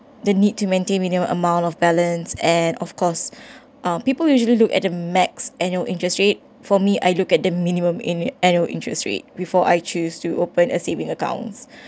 the need to maintain minimum amount of balance and of course uh people usually look at the max annual interest rate for me I look at the minimum in annual interest rate before I choose to open a saving accounts